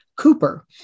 Cooper